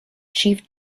chief